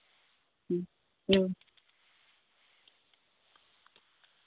ᱦᱩᱸ ᱦᱩᱸ